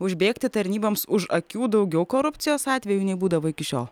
užbėgti tarnyboms už akių daugiau korupcijos atvejų nei būdavo iki šiol